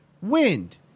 Wind